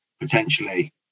potentially